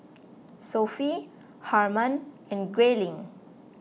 Sophie Harman and Grayling